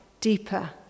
deeper